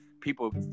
people